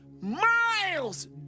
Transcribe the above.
miles